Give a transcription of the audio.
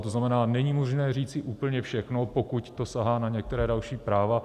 To znamená, není možné říci úplně všechno, pokud to sahá na některá další práva.